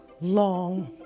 long